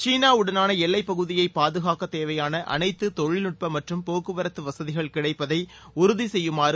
சீனாவுடனான எல்லைப் பகுதியை பாதுகாக்கத் தேவையான அனைத்து தொழில்நுட்ப மற்றும் போக்குவரத்து வசதிகள் கிடைப்பதை உறுதி செய்யுமாறு